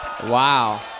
Wow